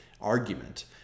argument